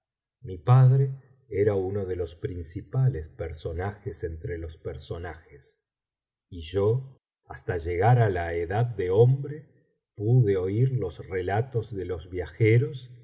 mi padre era uno de los principales personajes entre los personajes y yo hasta llegar á la edad de hombre pude oír los relatos de los viajeros